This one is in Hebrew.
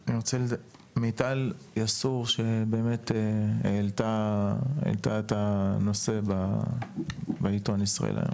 אני רוצה את מיטל יסעור שבאמת העלתה את הנושא בעיתון ישראל היום.